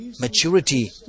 maturity